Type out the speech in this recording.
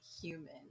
human